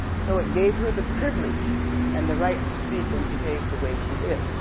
so it gave her the privilege and the right to speak and behave the way she did.